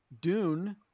Dune